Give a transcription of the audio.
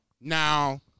now